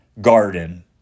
garden